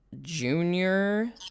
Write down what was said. Junior